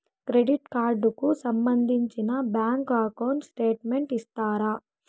Credit card కు సంబంధించిన bank account statement ఇస్తారా?